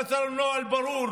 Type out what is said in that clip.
היה צריך להיות נוהל ברור,